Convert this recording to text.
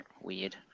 weird